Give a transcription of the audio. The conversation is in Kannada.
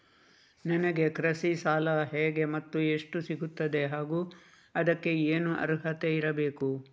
ನನಗೆ ಕೃಷಿ ಸಾಲ ಹೇಗೆ ಮತ್ತು ಎಷ್ಟು ಸಿಗುತ್ತದೆ ಹಾಗೂ ಅದಕ್ಕೆ ಏನು ಅರ್ಹತೆ ಇರಬೇಕು?